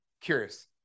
Curious